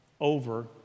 over